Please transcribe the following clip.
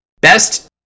Best